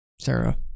Sarah